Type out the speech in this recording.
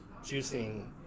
juicing